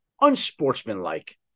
unsportsmanlike